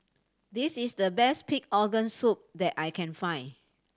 this is the best pig organ soup that I can find